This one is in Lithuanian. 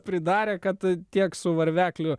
pridarę kad tiek su varvekliu